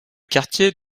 quartier